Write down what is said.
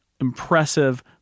impressive